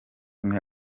umwe